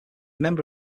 member